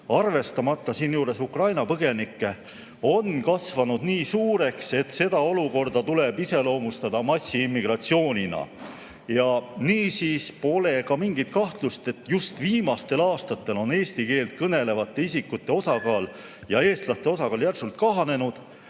arvestamata siinjuures Ukraina põgenikke, on kasvanud nii suureks, et seda olukorda tuleb iseloomustada massiimmigratsioonina. Niisiis pole mingit kahtlust, et just viimastel aastatel on eesti keelt kõnelevate isikute osakaal ja eestlaste osakaal järsult kahanenud